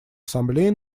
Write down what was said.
ассамблеи